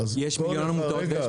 עמותות, ויש